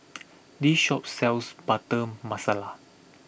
this shop sells Butter Masala